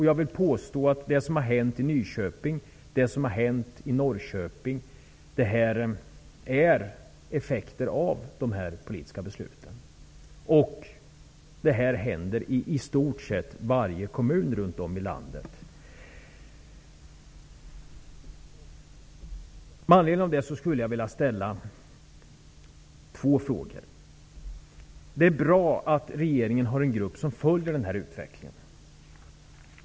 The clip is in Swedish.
Jag vill påstå att det som har hänt i Nyköping och Norrköping är effekter av de här politiska besluten. Det här händer i stort sett i varje kommun runt om i landet. Mot denna bakgrund skulle jag vilja ställa två frågor. Det är bra att regeringen har en grupp som följer den här utvecklingen.